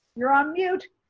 you're on mute.